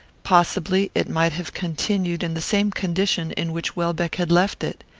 possibly it might have continued in the same condition in which welbeck had left it.